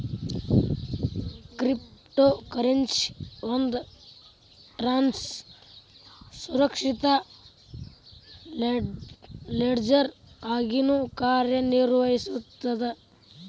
crypto currency ಒಂದ್ ಟ್ರಾನ್ಸ್ನ ಸುರಕ್ಷಿತ ಲೆಡ್ಜರ್ ಆಗಿನೂ ಕಾರ್ಯನಿರ್ವಹಿಸ್ತದ